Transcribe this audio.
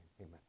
Amen